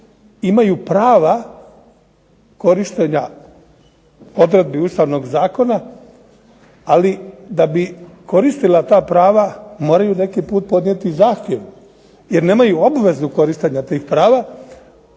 imaju prava korištenja odredbi ustavnog zakona, ali da bi koristila ta prava moraju neki put podnijeti zahtjev, jer nemaju obvezu korištenja tih prava,